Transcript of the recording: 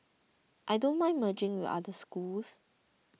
I don't mind merging with other schools